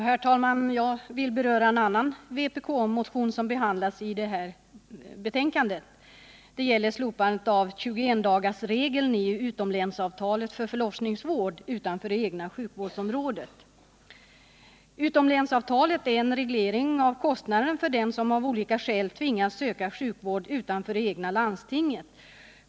Herr talman! Jag vill beröra en annan vpk-motion som behandlas i socialutskottets betänkande nr 8. Det gäller slopandet av 21-dagarsregeln i utomlänsavtalet för förlossningsvård utanför det egna sjukvårdsområdet. Utomlänsavtalet är en reglering av kostnaden för den som av olika skäl tvingas söka sjukvård utanför det egna landstinget.